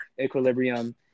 equilibrium